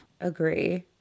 Agree